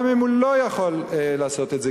גם אם הוא לא יכול לעשות את זה,